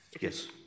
Yes